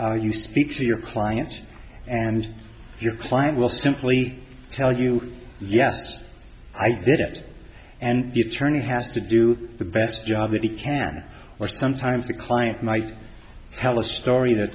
attorney you speak for your clients and your client will simply tell you yes i did it and the attorney has to do the best job that he can or sometimes the client might tell a story that